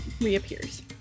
reappears